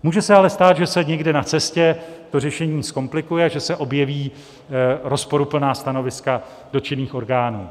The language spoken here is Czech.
Může se ale stát, že se někde na cestě to řešení zkomplikuje, že se objeví rozporuplná stanoviska dotčených orgánů.